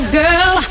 girl